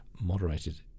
moderated